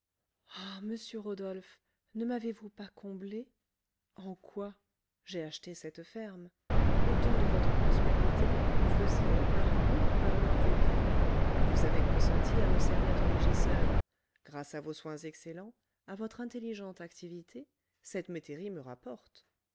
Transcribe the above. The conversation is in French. ah monsieur rodolphe ne m'avez-vous pas comblée en quoi j'ai acheté cette ferme au temps de votre prospérité vous faisiez par goût valoir vos biens vous avez consenti à me servir de régisseur grâce à vos soins excellents à votre intelligente activité cette métairie me rapporte